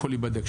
הכול ייבדק.